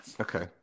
Okay